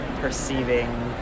perceiving